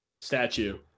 Statue